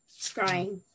scrying